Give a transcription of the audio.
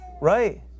right